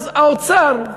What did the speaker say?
האוצר,